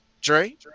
Dre